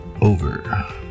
over